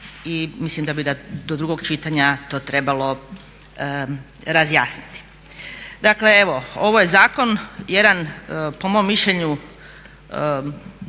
I mislim da bi do drugog čitanja to trebalo razjasniti. Dakle, evo ovo je zakon jedan po mom mišljenju